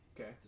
Okay